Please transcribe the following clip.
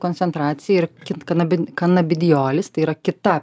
koncentracija ir kit kanab kanabidiolis tai yra kita